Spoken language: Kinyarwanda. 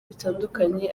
bitandukanye